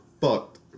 fucked